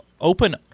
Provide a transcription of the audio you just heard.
open